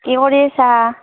কি কৰিছা